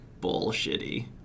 bullshitty